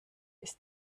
ist